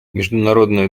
международные